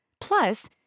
Plus